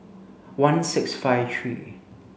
one six five three